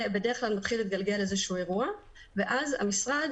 ובדרך כלל מתחיל להתגלגל איזשהו אירוע ואז המשרד